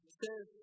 says